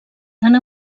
tant